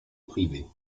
privée